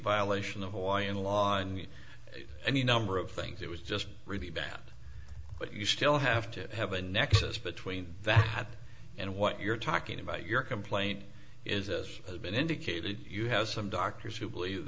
violation of hawaiian law and any number of things it was just really bad but you still have to have a nexus between that and what you're talking about your complaint is as has been indicated you have some doctors who believe